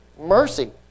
mercy